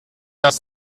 does